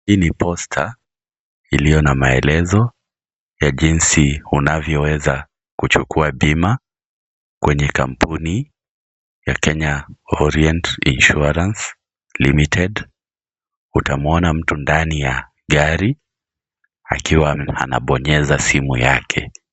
Hii ni posta iliyo na maelezo ya jinsi unavyoweza kuchukua bima kwenye kampuni ya Kenya Orient Insurance Limited. Utamuona mtu ndani ya gari akiwa anabonyeza simu yake.